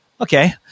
okay